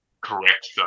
correct